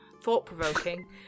thought-provoking